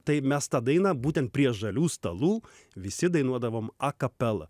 tai mes tą dainą būtent prie žalių stalų visi dainuodavom akapela